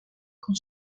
con